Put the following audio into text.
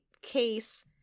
case